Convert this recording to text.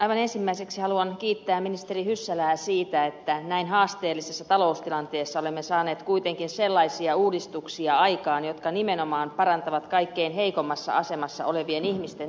aivan ensimmäiseksi haluan kiittää ministeri hyssälää siitä että näin haasteellisessa taloustilanteessa olemme saaneet kuitenkin sellaisia uudistuksia aikaan jotka nimenomaan parantavat kaikkein heikoimmassa asemassa olevien ihmisten tilannetta